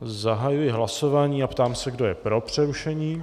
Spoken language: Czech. Zahajuji hlasování a ptám se, kdo je pro přerušení.